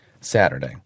Saturday